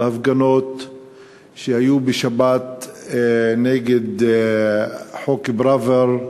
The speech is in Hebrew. על הפגנות שהיו בשבת נגד חוק פראוור,